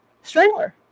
Strangler